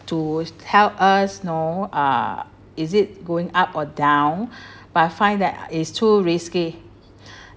to help us know uh is it going up or down but I find that is too risky